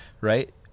right